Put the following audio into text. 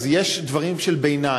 אז יש דברים של ביניים,